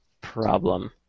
problem